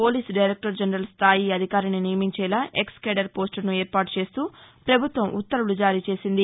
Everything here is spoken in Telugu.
పోలీసు డైరెక్లర్ జనరల్ స్థాయి అధికారిని నియమించేలా ఎక్స్కేడర్ పోస్టును ఏర్పాటుచేస్తూ పభుత్వం ఉత్తర్వులు జారీ చేసింది